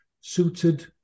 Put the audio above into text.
suited